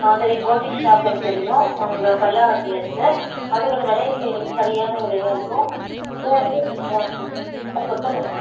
ஆ தெரியும் boutique shop எனக்கு தெரியும் அங்கே பல்லாவரத்தில் இருக்குது அதுக்குள்ளே விலையே சரியான விலையாருக்கும் ப்ராண்ட்லி அங்கே வாங்கிக்கலாம் அதை பொறுத்து